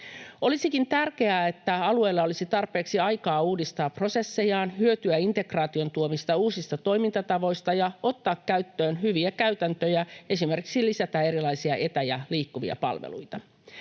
Olisikin tärkeää, että alueella olisi tarpeeksi aikaa uudistaa prosessejaan, hyötyä integraation tuomista uusista toimintatavoista ja ottaa käyttöön hyviä käytäntöjä, esimerkiksi lisätä erilaisia etä- ja liikkuvia palveluita.